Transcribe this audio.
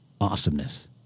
awesomeness